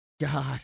God